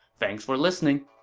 thanks for listening